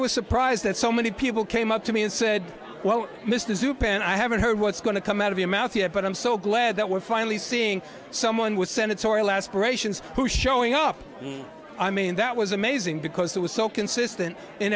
was surprised that so many people came up to me and said well mr zupan i haven't heard what's going to come out of your mouth yet but i'm so glad that we're finally seeing someone with senatorial aspirations who showing up i mean that was amazing because it was so consistent in